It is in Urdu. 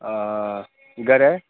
گرے